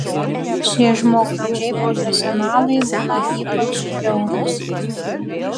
šie žmogžudžiai profesionalai būna ypač žiaurūs